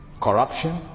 corruption